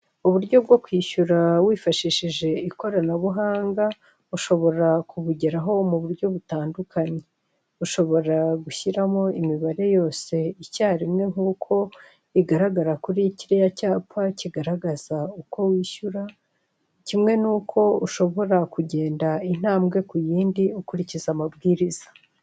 Uburyo bwo kwishyura wifashishije ikoranabuhanga, ushobora kubugeraho mu buryo butandukanye. Ushobora gushyiramo imibare yose icyarimwe nk'uko igaragara kuri kiriya cyapa kigaragaza uko wishyura, kimwe n'uko ushobora kugenda untambwe ku yindi, ukirikiza amabwiriza.